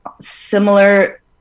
similar